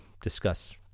discuss